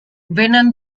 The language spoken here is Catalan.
vénen